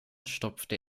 stopfte